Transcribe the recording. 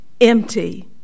empty